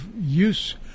use